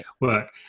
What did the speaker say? work